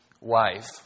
wife